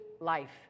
life